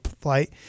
flight